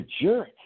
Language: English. jerk